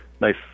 Nice